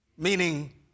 Meaning